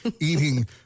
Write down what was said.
eating